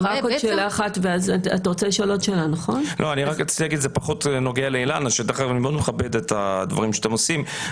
אני מאוד מכבד את הדברים שאתם עושים,